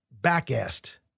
back-assed